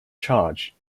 charge